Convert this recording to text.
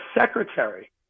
secretary